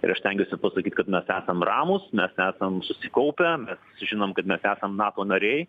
ir aš stengiuosi pasakyt kad mes esam ramūs mes esam susikaupę žinom kad mes esam nato nariai